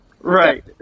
Right